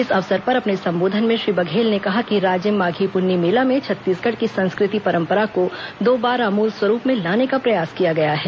इस अवसर पर अपने संबोधन में श्री बघेल ने कहा कि राजिम माधी पुन्नी मेला में छत्तीसगढ़ की संस्कृति परंपरा को दोबारा मूल स्वरूप में लाने का प्रयास किया गया है